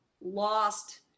lost